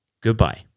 goodbye